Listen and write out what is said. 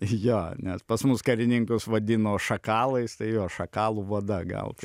jo nes pas mus karininkus vadino šakalais tai jo šakalų vada gal tai